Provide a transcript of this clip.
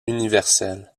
universel